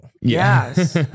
Yes